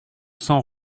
cents